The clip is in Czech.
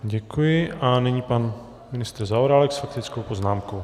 Děkuji a nyní pan ministr Zaorálek s faktickou poznámkou.